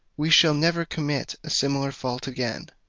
we shall never commit a similar fault again.